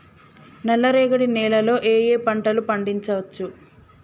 నల్లరేగడి నేల లో ఏ ఏ పంట లు పండించచ్చు?